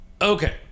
Okay